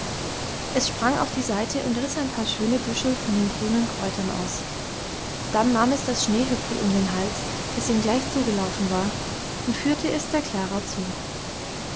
es sprang auf die seite und riß ein paar schöne büschel von den grünen kräutern aus dann nahm es das schneehöppli um den hals das ihm gleich zugelaufen war und führte es der klara zu